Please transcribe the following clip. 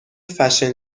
فشن